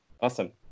awesome